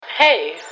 Hey